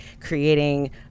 creating